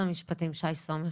המשפטים, שי סומך,